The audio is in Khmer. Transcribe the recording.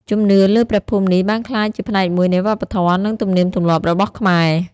ជំនឿលើព្រះភូមិនេះបានក្លាយជាផ្នែកមួយនៃវប្បធម៌ និងទំនៀមទម្លាប់របស់ខ្មែរ។